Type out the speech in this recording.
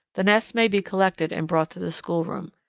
the nests may be collected and brought to the schoolroom.